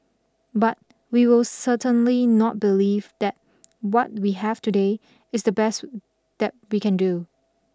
but we will certainly not believe that what we have today is the best that we can do